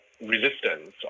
resistance